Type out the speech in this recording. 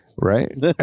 Right